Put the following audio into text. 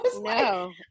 No